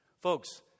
Folks